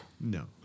No